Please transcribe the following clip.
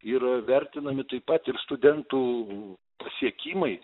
yra vertinami taip pat ir studentų pasiekimai